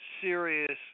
serious